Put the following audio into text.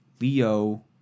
Leo